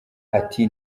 ati